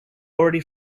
already